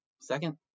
Second